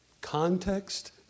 Context